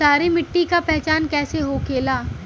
सारी मिट्टी का पहचान कैसे होखेला?